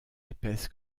épaisse